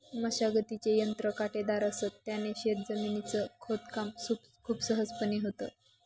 मशागतीचे यंत्र काटेदार असत, त्याने शेत जमिनीच खोदकाम खूप सहजपणे होतं